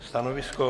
Stanovisko?